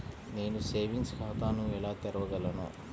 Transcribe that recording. నేను సేవింగ్స్ ఖాతాను ఎలా తెరవగలను?